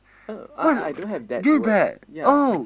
oh I I don't have that words ya